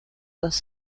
dos